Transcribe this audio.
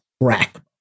rack